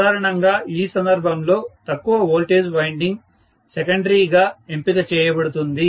సాధారణంగా ఈ సందర్భంలో తక్కువ వోల్టేజ్ వైండింగ్ సెకండరీ గా ఎంపిక చేయబడుతుంది